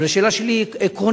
אבל השאלה שלי היא עקרונית: